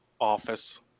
office